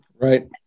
Right